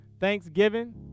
Thanksgiving